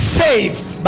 saved